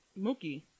Mookie